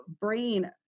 brain